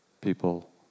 people